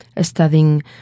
studying